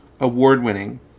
Award-winning